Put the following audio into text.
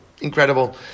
Incredible